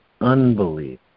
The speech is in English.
unbelief